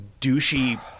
douchey